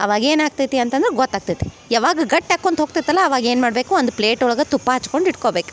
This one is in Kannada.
ಅವಾಗ ಏನು ಆಗ್ತೈತಿ ಅಂತಂದ್ರ ಗೊತ್ತಾಗ್ತೈತಿ ಯವಾಗ ಗಟ್ ಹಾಕೊಂತ್ ಹೋಗ್ತೈತಲ್ಲ ಅವಾಗ ಏನು ಮಾಡಬೇಕು ಒಂದು ಪ್ಲೇಟ್ ಒಳಗೆ ತುಪ್ಪ ಹಚ್ಕೊಂಡು ಇಡ್ಕೊಬೇಕು